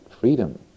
freedom